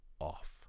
off